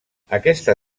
aquesta